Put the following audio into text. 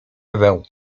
ewę